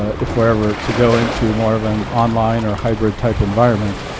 if we're ever to go into more of an online or hybrid type environment,